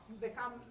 become